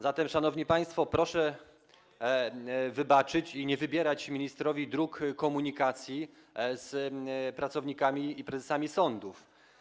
Zatem, szanowni państwo proszę wybaczyć i nie wybierać ministrowi dróg komunikacji z pracownikami i prezesami sądów.